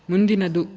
ಮುಂದಿನದು